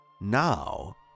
now